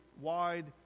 wide